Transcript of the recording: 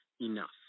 Enough